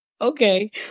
Okay